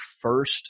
first